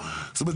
זאת אומרת,